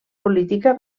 política